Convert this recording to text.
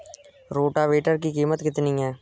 Rotavator की कीमत कितनी है?